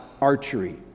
archery